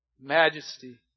majesty